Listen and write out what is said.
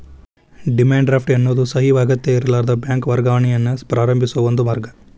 demand draft ಎನ್ನೋದು ಸಹಿ ಅಗತ್ಯಇರ್ಲಾರದ ಬ್ಯಾಂಕ್ ವರ್ಗಾವಣೆಯನ್ನ ಪ್ರಾರಂಭಿಸೋ ಒಂದ ಮಾರ್ಗ